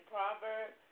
Proverbs